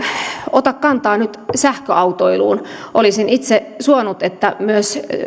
ota kantaa sähköautoiluun olisin itse suonut että myös